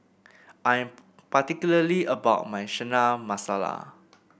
I'm particularly about my Chana Masala